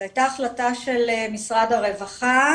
זו הייתה החלטה של משרד הרווחה